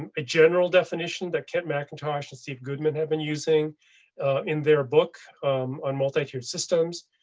and a general definition that kent macintosh and steve goodman had been using in their book on multitiered systems.